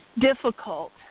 difficult